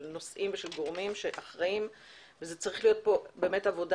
נושאים וגורמים אחראיים וזה צריך להיות פה עבודה